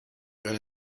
going